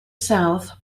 south